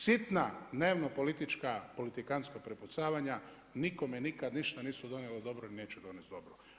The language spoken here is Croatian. Sitna dnevnopolitička politikantska prepucavanja nikome nikada ništa nisu donijela dobro ni neće donest dobro.